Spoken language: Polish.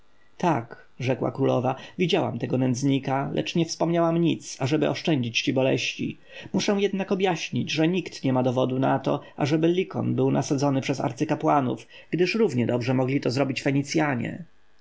tak rzekła królowa widziałam tego nędznika lecz nie wspominałam nic ażeby oszczędzić ci boleści muszę jednak objaśnić że nikt nie ma dowodu na to ażeby lykon był nasadzony przez arcykapłanów gdyż równie dobrze mogli to zrobić fenicjanie